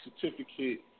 certificate